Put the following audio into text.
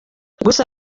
gusa